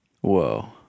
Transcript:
Whoa